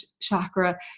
chakra